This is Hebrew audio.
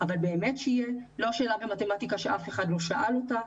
לא מיקוד על שאלה במתמטיקה שאף אחד אף פעם לא שאל אותה,